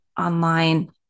online